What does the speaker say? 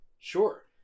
Sure